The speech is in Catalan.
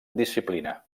disciplina